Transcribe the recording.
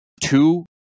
two